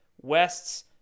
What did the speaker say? West's